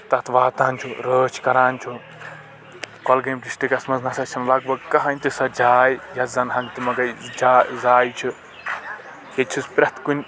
تَتھ واتان چھُ رأچھ کران چھُ کۄلگأمۍ ڈِسٹِکس منٛز نہٕ سا چھنہٕ لگ بگ کہٕنۍ تہِ سۄ جاے یۄس زن ہنگہٕ تہٕ منگَے جاے ضایہِ چھ ییٚتہِ چھس پرٛٮ۪تھ کُنہِ